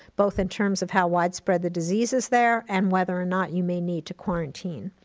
both in terms of how widespread the disease is there and whether or not you may need to quarantine.